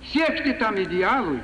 siekti tam idealui